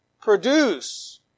Produce